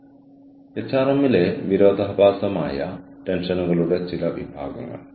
അതിനാൽ കഴിവുകളുടെയും ടീം അധിഷ്ഠിത ഫലപ്രാപ്തിയുടെയും കാര്യത്തിൽ നമ്മൾ ഏറ്റവും മികച്ച വിഭവങ്ങളാണ് എടുക്കുന്നത്